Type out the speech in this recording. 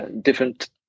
different